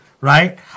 right